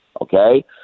okay